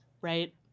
right